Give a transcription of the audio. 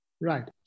Right